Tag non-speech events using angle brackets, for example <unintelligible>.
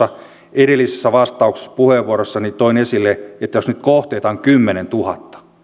edellisessä vastauspuheenvuorossani toin esille että jos niitä kohteita on esimerkiksi kymmenentuhatta <unintelligible>